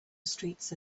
streets